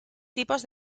tipos